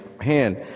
hand